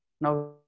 Now